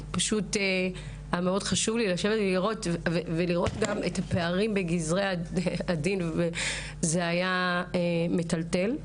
פשוט כי היה לי חשוב מאוד לראות את הפערים בגזרי הדין זה היה מטלטל.